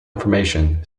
information